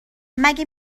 مگه